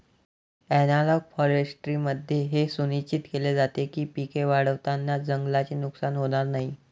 analogue फॉरेस्ट्रीमध्ये हे सुनिश्चित केले जाते की पिके वाढवताना जंगलाचे नुकसान होणार नाही